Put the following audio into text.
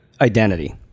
identity